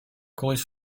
колись